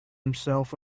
himself